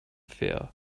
fear